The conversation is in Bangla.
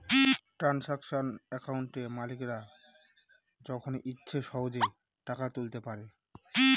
ট্রানসাকশান একাউন্টে মালিকরা যখন ইচ্ছে সহেজে টাকা তুলতে পারে